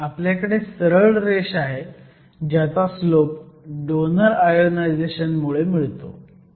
आपल्याकडे सरळ रेष आहे ज्याचा स्लोप डोनर आयोनायझेशन मुळे मिळतो